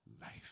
life